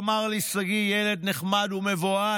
איך אמר לי שגיא, ילד נחמד ומבוהל?